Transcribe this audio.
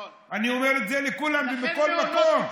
אני אומר את זה לכולם ובכל מקום.